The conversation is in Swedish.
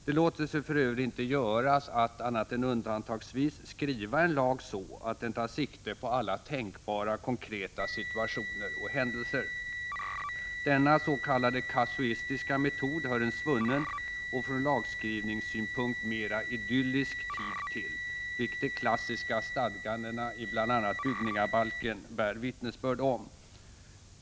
Det låter sig för övrigt inte göras att, annat än undantagsvis, skriva en lag så, att den tar sikte på alla tänkbara konkreta situationer och händelser. Denna s.k. kasuistiska metod hör en svunnen och från lagskrivningssynpunkt mer idyllisk tid till, vilket de klassiska stadgandena i bl.a. byggningabalken bär vittnesbörd om.